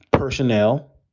personnel